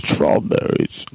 strawberries